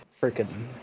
Freaking